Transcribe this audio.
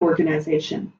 organisation